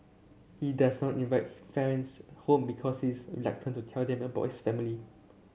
he does not home because he is reluctant to tell them about his family